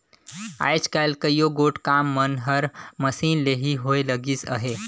आएज काएल कइयो गोट काम मन हर मसीन ले ही होए लगिस अहे